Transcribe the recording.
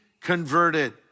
converted